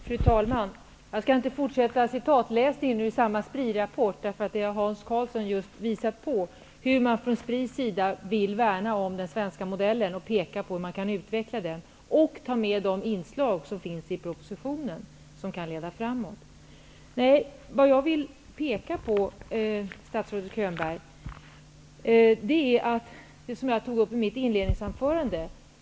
Fru talman! Jag skall inte fortsätta citatläsningen ur SPRI-rapporten, då Hans Karlsson har visat att SPRI värnar om den svenska modellen och pekar på hur man kan utveckla den och ta med de inslag i propositionen som kan leda framåt. Vad jag vill peka på är det som jag tog upp i mitt inledningsanförande.